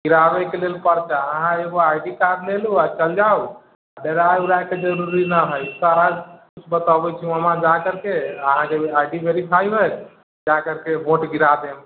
गिराबयके लेल पड़तै अहाँ एगो आइ डी कार्ड ले लू आ चलि जाउ डराय उरायके जरूरी ना हइ सारा किछु बतबैत छी हम हुआँ जाकरके अहाँके आइ डी वेरिफाइ होयत जा करिके भोट गिरा देब